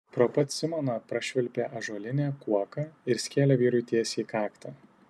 pro pat simoną prašvilpė ąžuolinė kuoka ir skėlė vyrui tiesiai į kaktą